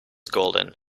golden